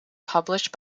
published